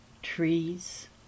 Trees